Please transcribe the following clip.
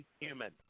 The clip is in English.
human